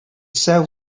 sell